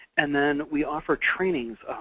and then we offer trainings,